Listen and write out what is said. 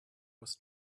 was